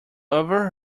ever